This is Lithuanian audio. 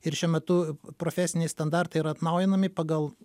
ir šiuo metu profesiniai standartai yra atnaujinami pagal